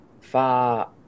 far